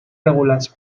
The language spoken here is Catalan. regulats